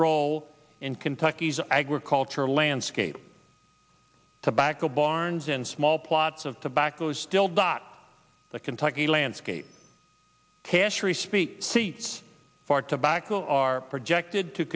role in kentucky's agriculture landscape tobacco barns and small plots of tobacco still dot the kentucky landscape castree speak seats for tobacco are projected to